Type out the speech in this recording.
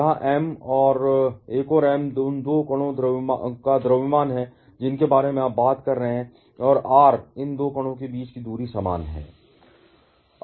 यहाँ m एक और m दो उन दो कणों का द्रव्यमान है जिनके बारे में आप बात कर रहे हैं और r इस दो कणों के बीच की दूरी समान है